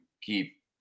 keep